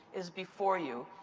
is before you.